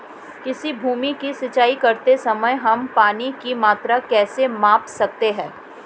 किसी भूमि की सिंचाई करते समय हम पानी की मात्रा कैसे माप सकते हैं?